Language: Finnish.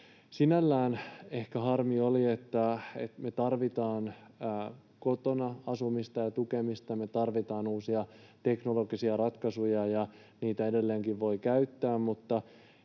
Sinällään ehkä harmi oli — kun me tarvitaan kotona asumista ja tukemista ja me tarvitaan uusia teknologisia ratkaisuja ja niitä edelleenkin voi käyttää